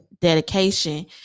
dedication